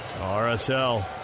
RSL